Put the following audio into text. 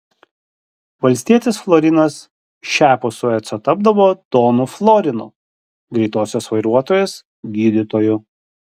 valstietis florinas šiapus sueco tapdavo donu florinu greitosios vairuotojas gydytoju